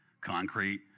concrete